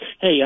Hey